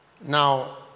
Now